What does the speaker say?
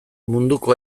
munduko